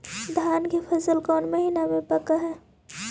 धान के फसल कौन महिना मे पक हैं?